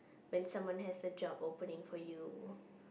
when someone has a job opening for you